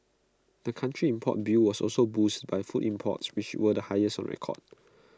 the country's import bill was also boosted by food imports which were the highest on record